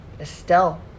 Estelle